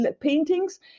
paintings